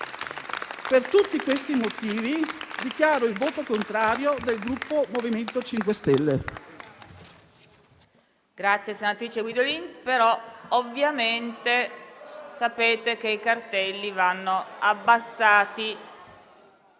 Per tutti questi motivi dichiaro il voto contrario del Gruppo MoVimento 5 Stelle.